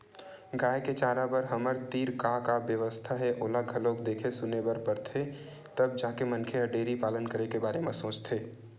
गाय के चारा बर हमर तीर का का बेवस्था हे ओला घलोक देखे सुने बर परथे तब जाके मनखे ह डेयरी पालन करे के बारे म सोचथे